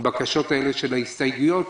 מאוד לבקשות האלה של ההסתייגויות.